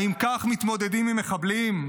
האם כך מתמודדים עם מחבלים?